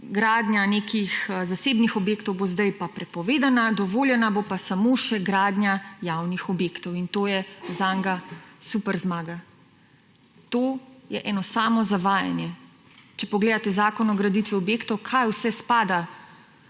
gradnja nekih zasebnih objektov bo pa sedaj prepovedana, dovoljena bo pa samo še gradnja javnih objektov; in to je za njega super zmaga! To je eno samo zavajanje! Če pogledate Zakon o graditvi objektov, kaj vse spada